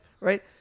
Right